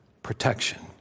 Protection